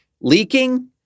Leaking